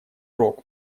рог